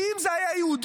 כי אם זה היה יהודים,